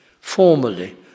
formally